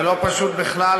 זה לא פשוט בכלל,